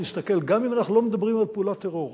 גם אם אנחנו לא מדברים על פעולת טרור,